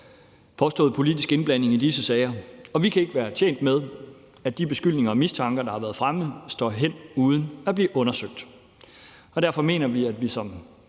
påstået politisk indblanding i disse sager, og vi kan ikke være tjent med, at de beskyldninger og mistanker, der har været fremme, står hen uden at blive undersøgt. Derfor mener vi også, at vi som